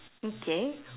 okay